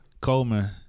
Coleman